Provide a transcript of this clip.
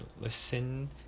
listen